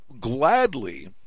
gladly